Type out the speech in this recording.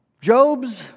Job's